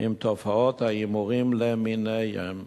עם תופעות ההימורים למיניהן.